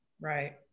Right